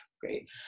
great